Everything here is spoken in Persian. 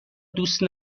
دوست